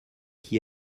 qui